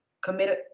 committed